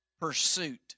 pursuit